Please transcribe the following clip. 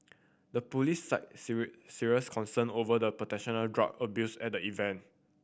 the police cited serious concern over the potential drug abuse at the event